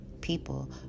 People